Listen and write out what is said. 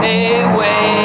away